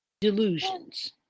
delusions